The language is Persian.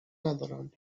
ندارم